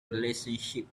relationship